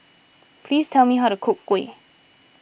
please tell me how to cook Kuih